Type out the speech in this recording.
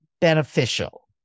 beneficial